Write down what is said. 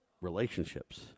relationships